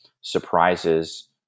surprises